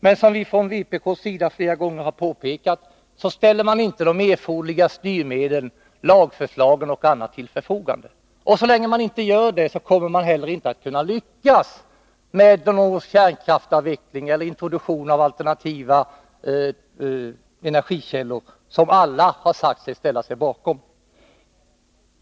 Men som vi från vpk.s sida flera gånger har påpekat ställer man inte de erforderliga styrmedlen till förfogande eller kommer med lagförslag. Så länge man inte gör det kommer man inte heller att lyckas med kärnkraftsavvecklingen eller introduktionen av alternativa energikällor — vilket alla har sagt sig stå bakom.